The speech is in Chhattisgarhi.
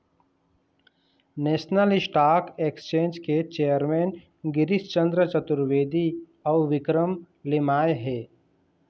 नेशनल स्टॉक एक्सचेंज के चेयरमेन गिरीस चंद्र चतुर्वेदी अउ विक्रम लिमाय हे